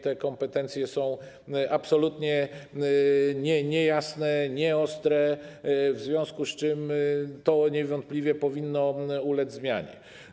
Te kompetencje są absolutnie niejasne, nieostre, w związku z czym to niewątpliwie powinno ulec zmianie.